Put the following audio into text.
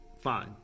Fine